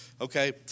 okay